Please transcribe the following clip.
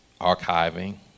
archiving